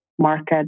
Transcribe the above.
market